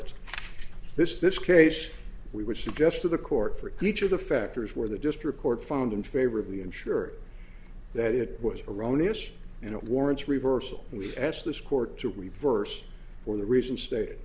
it this this case we would suggest to the court for each of the factors where the district court found in favor of the insured that it was erroneous and it warrants reversal and we asked this court to reverse for the reason state